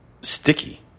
sticky